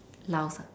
laos